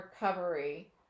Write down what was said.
recovery